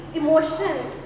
emotions